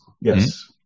Yes